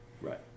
Right